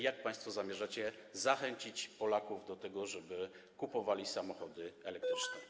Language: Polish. Jak państwo zamierzacie zachęcić Polaków do tego, żeby kupowali samochody elektryczne?